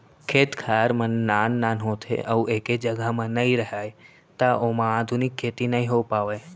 खेत खार मन नान नान होथे अउ एके जघा म नइ राहय त ओमा आधुनिक खेती नइ हो पावय